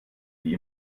die